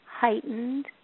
heightened